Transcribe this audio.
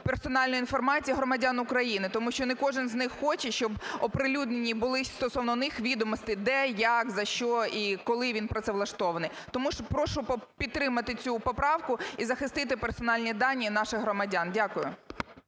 персональної інформації громадян України, тому що не кожен з них хоче, щоб оприлюднені були стосовно них відомості, де, як, за що і коли він працевлаштований. Тому прошу підтримати цю поправку і захистити персональні дані наших громадян. Дякую.